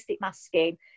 masking